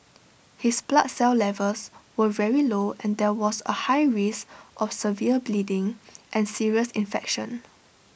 his blood cell levels were very low and there was A high risk of severe bleeding and serious infection